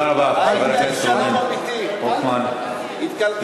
היית איש שלום אמיתי, התקלקלת.